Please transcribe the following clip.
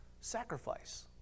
sacrifice